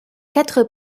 quatre